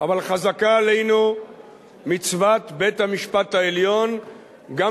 אבל חזקה עלינו מצוות בית-המשפט העליון גם